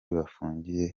bafungiye